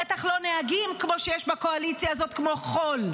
בטח לא נהגים כמו שיש בקואליציה הזאת כמו חול.